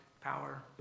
power